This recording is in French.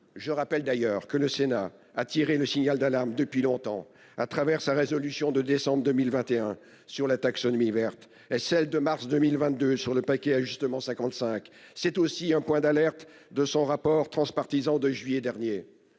Je rappelle d'ailleurs que le Sénat a tiré le signal d'alarme depuis longtemps à travers sa résolution de décembre 2021 sur la taxonomie verte et celle de mars 2022 sur le paquet. 55 c'est aussi un point d'alerte de son rapport transpartisan de juillet dernier.